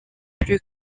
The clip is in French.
plus